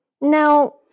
Now